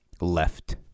left